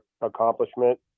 accomplishment